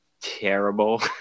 terrible